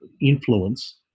influence